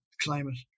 climate